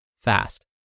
fast